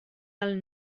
del